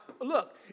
look